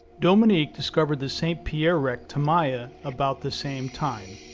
dominique discovered the saint-pierre wreck tamaya about the same time.